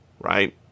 right